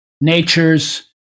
nature's